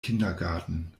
kindergarten